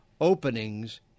openings